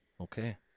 Okay